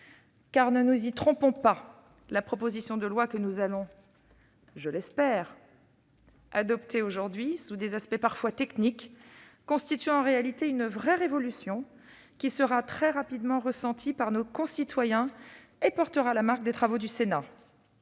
Car, ne nous y trompons pas : la proposition de loi que nous allons- je l'espère ! -adopter aujourd'hui, sous des aspects parfois techniques, constitue en réalité une vraie révolution, qui sera très rapidement ressentie par nos concitoyens, et portera la marque des travaux du Sénat.